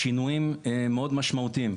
שינויים מאוד משמעותיים,